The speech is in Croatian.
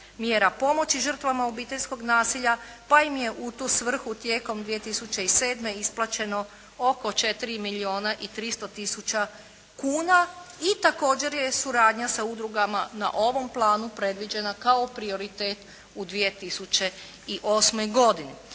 mjera pomoći žrtvama obiteljskog nasilja pa im je u tu svrhu tijekom 2007. isplaćeno oko 4 milijuna i 300 tisuća kuna i također je suradnja sa udrugama na ovom planu predviđena kao prioritet u 2008. godini.